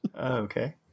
Okay